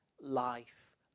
life